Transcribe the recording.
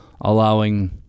allowing